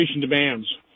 demands